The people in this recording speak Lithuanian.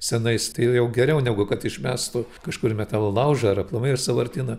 senais tai jau geriau negu kad išmestų kažkur į metalo laužą ar aplamai į sąvartyną